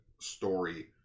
story